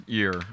year